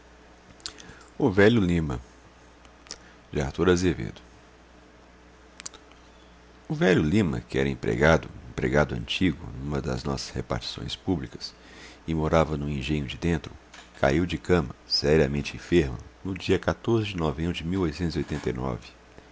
manuel perdoa o velho lima que era empregado empregado antigo numa das nossas repartições públicas e morava no engenho de dentro caiu de cama seriamente enfermo no dia atos de novembro de